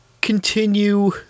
continue